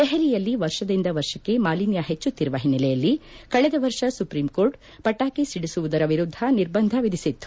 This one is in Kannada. ದೆಹಲಿಯಲ್ಲಿ ವರ್ಷದಿಂದ ವರ್ಷಕ್ಕೆ ಮಾಲಿನ್ನ ಹೆಚ್ಚುತ್ತಿರುವ ಹಿನ್ನೆಲೆಯಲ್ಲಿ ಕಳೆದ ವರ್ಷ ಸುಪ್ರೀಂ ಕೋರ್ಟ್ ಪಟಾಕಿ ಒಡಿಸುವುದರ ವಿರುದ್ದ ನಿರ್ಬಂಧ ವಿಧಿಸಿತ್ತು